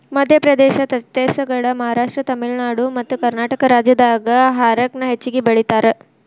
ಮಧ್ಯಪ್ರದೇಶ, ಛತ್ತೇಸಗಡ, ಮಹಾರಾಷ್ಟ್ರ, ತಮಿಳುನಾಡು ಮತ್ತಕರ್ನಾಟಕ ರಾಜ್ಯದಾಗ ಹಾರಕ ನ ಹೆಚ್ಚಗಿ ಬೆಳೇತಾರ